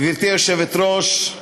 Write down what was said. גברתי היושבת-ראש,